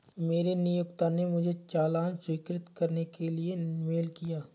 मेरे नियोक्ता ने मुझे चालान स्वीकृत करने के लिए मेल किया